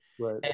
Right